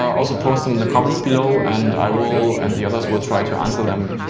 also, post them in the comments below and i will, and the others will, try to answer them,